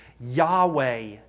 Yahweh